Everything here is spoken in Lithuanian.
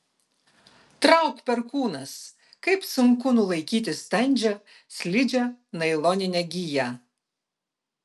trauk perkūnas kaip sunku nulaikyti standžią slidžią nailoninę giją